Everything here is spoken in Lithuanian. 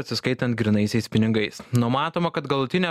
atsiskaitant grynaisiais pinigais numatoma kad galutinė